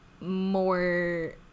more